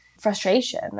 frustration